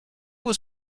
was